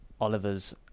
Oliver's